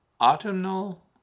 autumnal